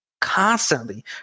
constantly